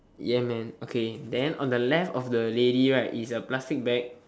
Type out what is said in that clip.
ya man okay then on the left of the lady right is a plastic bag